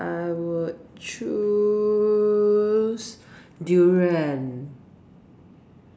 I would choose Durian